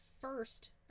first